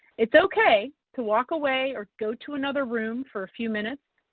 it's okay to walk away or go to another room for a few minutes.